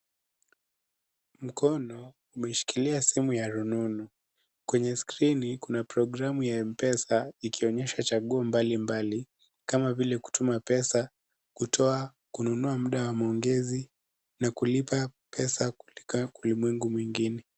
Mkono umeishikilia simu ya rununu kwenye screen kuna programu ya Mpesa ikionyesha chaguo mbali mbali, kama vile kutuma pesa, kutoa, kununua muda wa maongezi, na kulipa pesa kuelekea kwa ulimwengu mwingine.